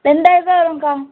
ரெண்டாயிரரூபா வருங்க்கா